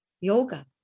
yoga